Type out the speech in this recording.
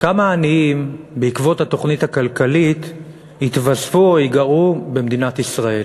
כמה עניים יתווספו או ייגרעו במדינת ישראל